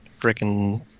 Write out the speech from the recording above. freaking